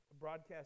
broadcast